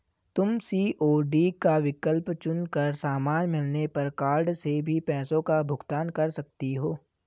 तुम सी.ओ.डी का विकल्प चुन कर सामान मिलने पर कार्ड से भी पैसों का भुगतान कर सकती हो